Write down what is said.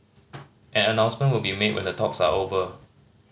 an announcement will be made when the talks are over